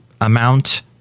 amount